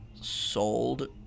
sold